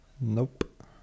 Nope